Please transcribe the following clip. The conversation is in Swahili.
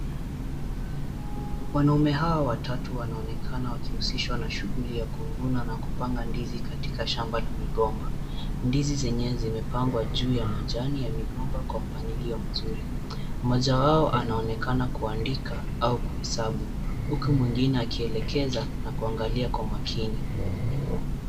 Wanaume hawa watatu wanaokana wakihusishwa na shughuli ya kuvuna na kupanga ndizi katika shamba la migomba. Ndizi zenyewe zimepangwa juu ya majani ya migomba kwa mpangilio mzuri. Mmoja wao anaonekana kuandika au kuhesabu huku mwingine akielekeza na kuangalia kwa makini.